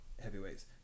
heavyweights